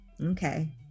okay